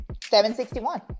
761